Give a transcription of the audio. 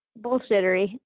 bullshittery